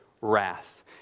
wrath